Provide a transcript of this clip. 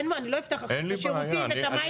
אני לא אפתח עכשיו את השירותים ואת המים.